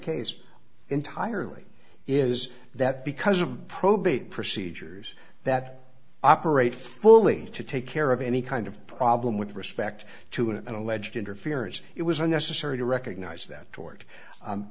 case entirely is that because of probate procedures that operate fully to take care of any kind of problem with respect to an alleged interference it was unnecessary to recognize that to